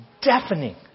deafening